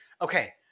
okay